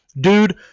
Dude